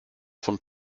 von